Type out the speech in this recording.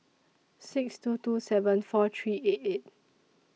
six two two seven four three eight eight